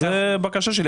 זו הבקשה שלי.